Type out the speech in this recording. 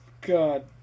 god